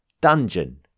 dungeon